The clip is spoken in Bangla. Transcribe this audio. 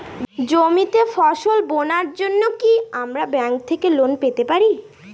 জমিতে ফসল বোনার জন্য কি আমরা ব্যঙ্ক থেকে লোন পেতে পারি?